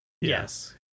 Yes